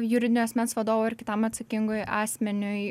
juridinio asmens vadovui ar kitam atsakingui asmeniui